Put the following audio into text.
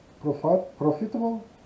profitable